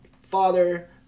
father